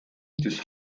des